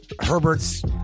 Herbert's